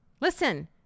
Listen